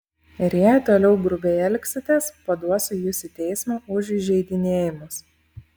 ir jei toliau grubiai elgsitės paduosiu jus į teismą už įžeidinėjimus